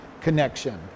connection